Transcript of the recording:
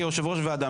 כיושב-ראש הוועדה,